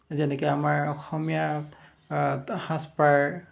যেনেকৈ আমাৰ অসমীয়া সাজ পাৰ